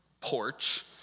porch